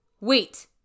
wait